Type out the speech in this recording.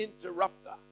interrupter